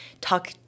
talk